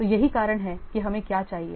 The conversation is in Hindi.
तो यही कारण है कि हमें क्या चाहिए